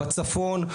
בצפון,